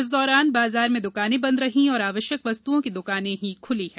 इस दौरान बाजार में दुकाने बन्द रही और आवश्यक वस्तुओं की द्काने ही खुली हैं